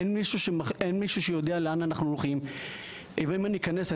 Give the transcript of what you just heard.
אין מישהו שיודע לאן אנחנו הולכים ואם אני אכנס,